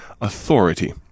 authority